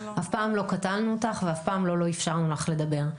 אף פעם לא קטענו אותך ואף פעם לא לא אפשרנו לך לדבר.